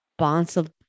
responsible